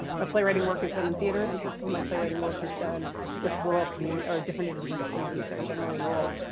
my playwriting work, is done in theaters and half of my playwriting work is done with rural community or different indigenous communities they're generally rural.